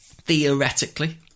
theoretically